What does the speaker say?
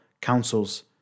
councils